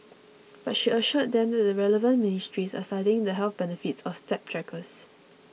but she assured them that the relevant ministries are studying the health benefits of step trackers